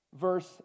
verse